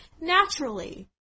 naturally